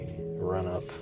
run-up